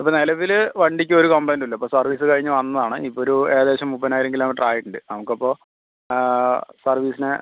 ഇപ്പം നിലവിൽ വണ്ടിക്ക് ഒരു കംപ്ലയിൻ്റും ഇല്ല ഇപ്പം സർവ്വീസ് കഴിഞ്ഞ് വന്നതാണ് ഇപ്പം ഒരു ഏകദേശം മുപ്പതിനായിരം കിലോമീറ്റർ ആയിട്ടുണ്ട് നമുക്ക് അപ്പോൾ സർവ്വീസിന്